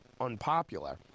unpopular